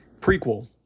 prequel